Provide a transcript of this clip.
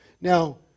Now